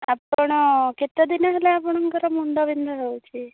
ଆପଣ କେତେ ଦିନ ହେଲା ଆପଣଙ୍କର ମୁଣ୍ଡ ବିନ୍ଧା ହେଉଛି